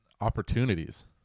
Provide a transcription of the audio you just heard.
opportunities